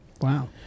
Wow